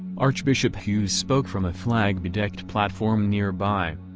archbishop hughes spoke from a flag-bedecked platform nearby.